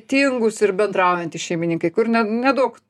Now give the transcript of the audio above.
tingūs ir bendraujantys šeimininkai kur ne nedauk